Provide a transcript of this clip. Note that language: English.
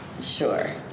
Sure